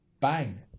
Bang